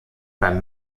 beim